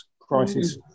crisis